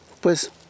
Pues